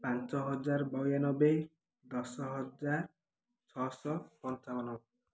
ପାଞ୍ଚ ହଜାର ବୟାନବେ ଦଶ ହଜାର ଛଅଶହ ପଞ୍ଚାବନ